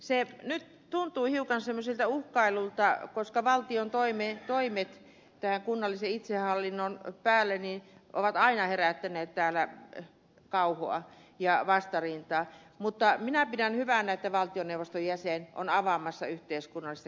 se nyt tuntuu hiukan semmoiselta uhkailulta koska valtion toimet kunnallisen itsehallinnon päälle ovat aina herättäneet täällä kauhua ja vastarintaa mutta minä pidän hyvänä että valtioneuvoston jäsen on avaamassa yhteiskunnallista keskustelua